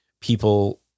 people